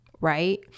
right